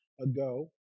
ago